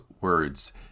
words